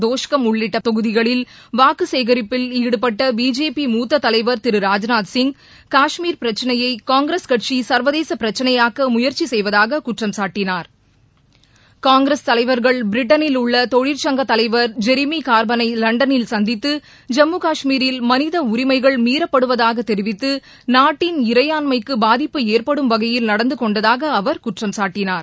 தோஷ்கம் உள்ளிட்ட தொகுதிகளில் வாக்குச்சேகரிப்பில் ஈடுபட்ட பிஜேபி மூத்த தலைவர் திரு ராஜ்நாத்சிங் காஷ்மீர் பிரச்சனையை காங்கிரஸ் கட்சி சர்வதேச பிரச்சனையாக்க முயற்சி செய்வதாக குற்றம் சாட்டினார் காங்கிரஸ் தலைவர்கள் பிரிட்டனில் உள்ள தொழிற்சங்கத் தலைவர் ஜெரிமி கார்பைனை லண்டனில் சந்தித்து ஜம்மு காஷ்மீரில் மனித உரிமைகள் மீறப்படுவதாக தெரிவித்து நாட்டின் இறையான்மைக்கு பாதிப்பு ஏற்படும் வகையில் நடந்துகொண்டதாக அவர் குற்றம் சாட்டினார்